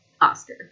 Oscar